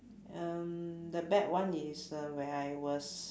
um the bad one is uh when I was